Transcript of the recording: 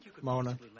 Mona